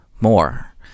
more